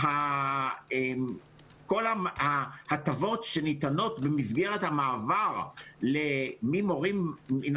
כל ההטבות שניתנות במסגרת המעבר ממורים מן